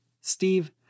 Steve